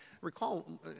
recall